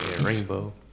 Rainbow